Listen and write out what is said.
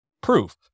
proof